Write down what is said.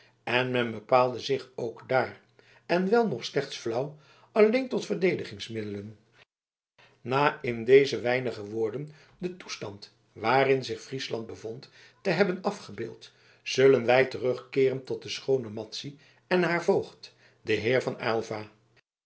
en men bepaalde zich ook daar en wel nog slechts flauw alleen tot verdedigingsmiddelen na in deze weinige woorden den toestand waarin zich friesland bevond te hebben afgebeeld zullen wij terugkeeren tot de schoone madzy en haar voogd den heer van aylva